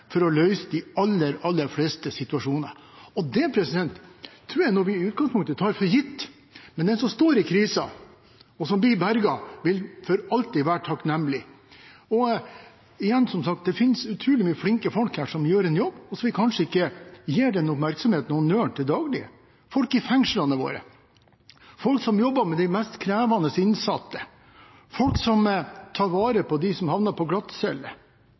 for å løse de aller, aller fleste situasjoner. Det tror jeg er noe vi i utgangspunktet tar for gitt, men den som står i krisen, og som blir berget, vil for alltid være takknemlig. Igjen, som sagt, det finnes utrolig mange flinke folk her som gjør en jobb, og som vi kanskje ikke gir oppmerksomhet og honnør til daglig. Folk i fengslene våre, folk som jobber med de mest krevende innsatte, folk som tar vare på dem som havner på